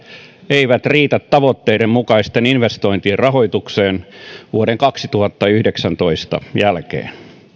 eivät riitä tavoitteiden mukaisten investointien rahoitukseen vuoden kaksituhattayhdeksäntoista jälkeen